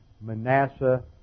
Manasseh